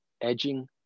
edging